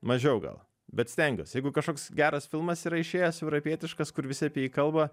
mažiau gal bet stengiuosi jeigu kažkoks geras filmas yra išėjęs europietiškas kur visi apie jį kalba